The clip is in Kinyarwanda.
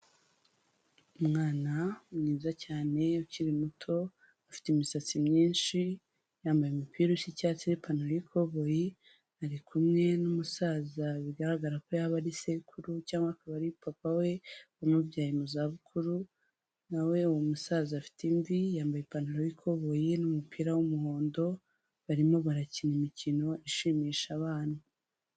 Umwana mwiza cyane ukiri muto afite imisatsi myinshi, yambaye umupira usa icyatsi n'ipantaro y'ikoboyi, ari kumwe n'umusaza bigaragara ko yaba ari sekuru cyangwa akaba ari papa we wamubyaye mu zabukuru, nawe uwo musaza afite imvi yambaye ipantaro y'ikoboyi n'umupira w'umuhondo, barimo barakina imikino ishimisha abana.